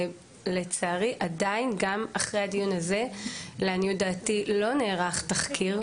לצערי עדיין גם אחרי הדיון הזה לעניות דעתי לא נערך תחקיר.